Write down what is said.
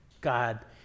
God